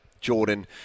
Jordan